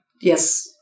Yes